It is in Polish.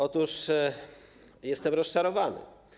Otóż jestem rozczarowany.